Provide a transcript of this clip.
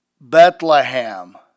Bethlehem